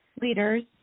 leaders